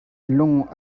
lung